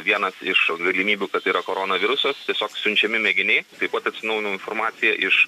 vienas iš galimybių kad tai yra koronavirusas tiesiog siunčiami mėginiai taip pat atsinaujino informacija iš